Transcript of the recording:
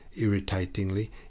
irritatingly